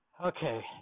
okay